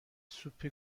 سوپ